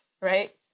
right